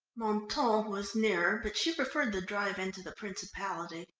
mentone was nearer, but she preferred the drive into the principality.